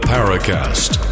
Paracast